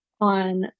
on